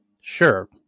sure